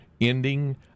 ending